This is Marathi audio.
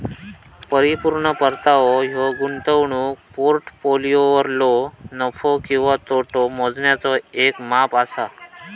परिपूर्ण परतावो ह्यो गुंतवणूक पोर्टफोलिओवरलो नफो किंवा तोटो मोजण्याचा येक माप असा